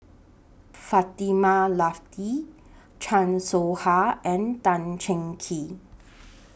Fatimah Lateef Chan Soh Ha and Tan Cheng Kee